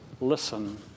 listen